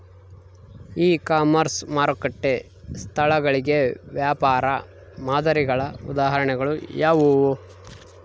E commerce ಮಾರುಕಟ್ಟೆ ಸ್ಥಳಗಳಿಗೆ ವ್ಯಾಪಾರ ಮಾದರಿಗಳ ಉದಾಹರಣೆಗಳು ಯಾವುವು?